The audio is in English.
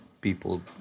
people